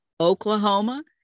Oklahoma